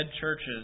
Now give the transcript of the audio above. churches